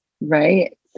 Right